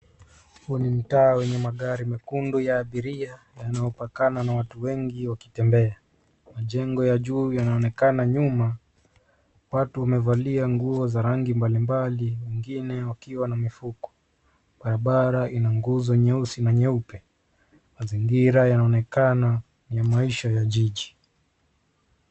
Huu ni mtaa wenye magari mekundu ya abiria yanayopakana na watu wengi wakitembea. Majengo ya juu yanaonekana nyuma. Watu wamevalia nguo za rangi mbalimbali wengine wakiwa na mifuko. Barabara ina nguzo nyeusi na nyeupe. Mazingira yanaonekana ni maisha ya jiji.